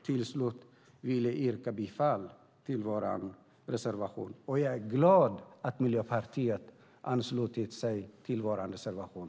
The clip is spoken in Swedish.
Jag yrkar bifall till vår reservation, och jag är glad att Miljöpartiet har anslutit sig till vår reservation.